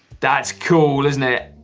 that's cool, isn't it?